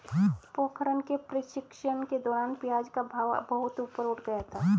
पोखरण के प्रशिक्षण के दौरान प्याज का भाव बहुत ऊपर उठ गया था